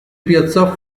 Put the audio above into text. piazzò